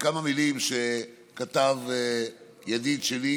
כמה מילים שכתב ידיד שלי,